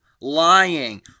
lying